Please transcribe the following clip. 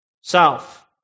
south